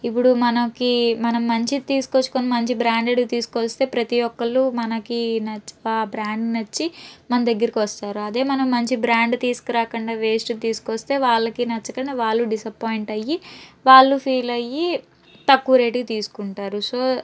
ఇప్పుడు మనకి మనం మంచిది తీసుకొచ్చుకొని మంచి బ్రాండెడ్వి తీసికొనివస్తే ప్రతి ఒకళ్ళు మనకి నచ్చి ఆ బ్రాండ్ నచ్చి మనదగ్గరికి వస్తారు అదే మనం మంచి బ్రాండ్ తీసుకురాకుండా వేస్ట్ది తీసుకొస్తే వాళ్ళకి నచ్చకుండా వాళ్ళు డిస్సపాయింట్ అయ్యి వాళ్ళు ఫీల్ అయ్యి తక్కువ రేట్కి తీసుకుంటారు సో